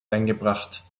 eingebracht